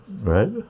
right